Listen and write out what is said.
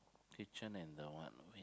kitchen and the